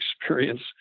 experience